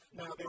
now